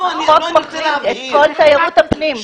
החוק מחריג את כל תיירות הפנים,